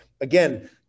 again